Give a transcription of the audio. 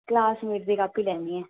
classmate दी copy लैनी ऐ